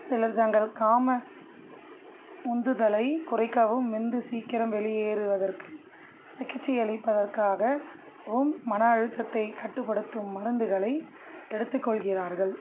சிலர் தங்கள் காம உந்துதலை குறைக்கவும் விந்து சீக்கிரம் வெளியேறுவதற்கு சிகிச்சையளிப்பதற்காகவும் மன அழுத்தத்தை கட்டுப்படுத்தும் மருந்துகளை எடுத்து கொள்கிறார்கள்